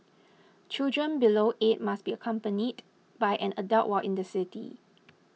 children below eight must be accompanied by an adult while in the city